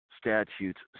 statutes